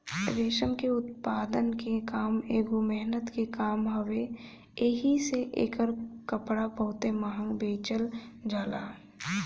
रेशम के उत्पादन के काम एगो मेहनत के काम हवे एही से एकर कपड़ा बहुते महंग बेचल जाला